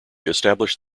established